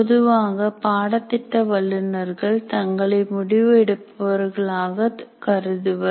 பொதுவாக பாடத்திட்ட வல்லுனர்கள் தங்களை முடிவு எடுப்பவர்கள் ஆக கருதுவர்